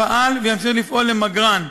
פעל וימשיך לפעול למגרן,